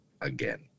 again